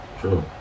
True